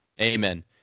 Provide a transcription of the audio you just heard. Amen